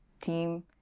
team